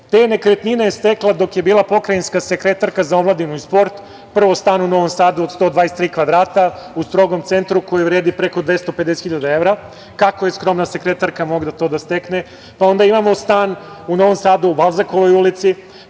Te nekretnine je stekla dok je bila pokrajinska sekretarka za omladinu i sport, prvo stan u Novom Sadu od 123 kvadrata u strogom centru, koji vredi preko 250 hiljada evra. Kako je skromna sekretarka mogla to da stekne? Onda imamo stan u Novom Sadu u Balzakovoj ulici,